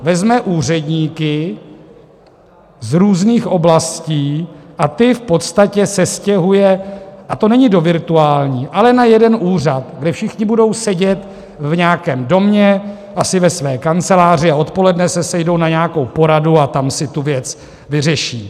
Vezme úředníky z různých oblastí a ty v podstatě sestěhuje a to není do virtuální, ale na jeden úřad, kde všichni budou sedět v nějakém domě, asi ve své kanceláři, a odpoledne se sejdou na nějakou poradu a tam si tu věc vyřeší.